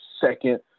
second